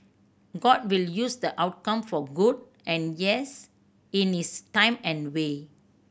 god will use the outcome for good and yes in his time and way